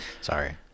Sorry